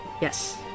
Yes